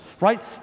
right